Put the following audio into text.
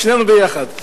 שנינו ביחד.